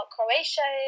Croatia